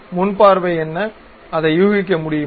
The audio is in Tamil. முன் பார்வை என்ன அதை யூகிக்க முடியுமா